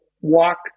walk